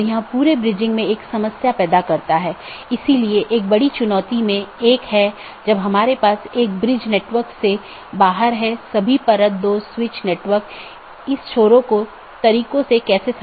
और जैसा कि हम समझते हैं कि नीति हो सकती है क्योंकि ये सभी पाथ वेक्टर हैं इसलिए मैं नीति को परिभाषित कर सकता हूं कि कौन पारगमन कि तरह काम करे